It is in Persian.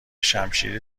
شمشیر